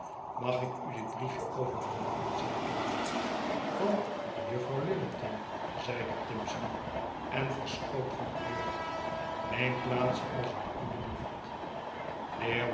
mag ik u dit briefje overhandigen zeide tottle van juffrouw lillerton zeide timson en verschoot van kleur neem plaats als t u blieft